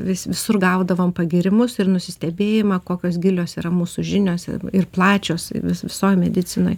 vis visur gaudavom pagyrimus ir nusistebėjimą kokios gilios yra mūsų žinios ir plačios vis visoj medicinoj